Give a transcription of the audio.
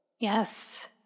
Yes